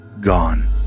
Gone